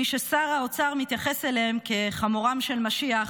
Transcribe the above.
מי ששר האוצר מתייחס אליהם כאל חמורו של משיח,